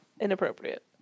inappropriate